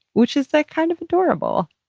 which is like kind of adorable.